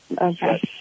Okay